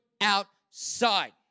outside